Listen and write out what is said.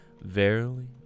Verily